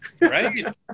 Right